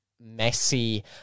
messy